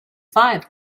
five